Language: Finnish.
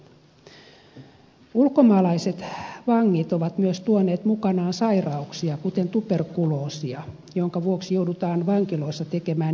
ulkomaalaiset vangit ovat myös tuoneet mukanaan sairauksia kuten tuberkuloosia jonka vuoksi joudutaan vankiloissa tekemään erityisjärjestelyjä